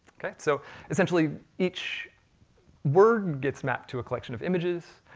so essentially each word gets mapped to a collection of images.